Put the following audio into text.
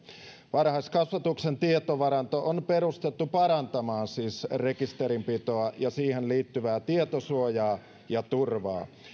varhaiskasvatuksen tietovaranto on perustettu parantamaan siis rekisterinpitoa ja siihen liittyvää tietosuojaa ja turvaa